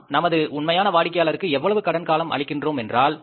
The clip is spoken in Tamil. நாம் நமது உண்மையான வாடிக்கையாளருக்கு எவ்வளவு கடன் காலம் அளிக்கின்றோம் என்றால்